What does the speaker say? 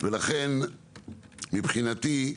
ולכן מבחינתי,